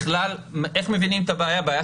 איך מבינים את הבעיה,